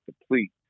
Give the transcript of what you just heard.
deplete